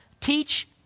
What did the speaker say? teach